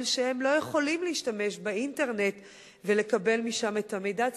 שלא יכולים להשתמש באינטרנט ולקבל משם את המידע.